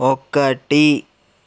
ఒకటి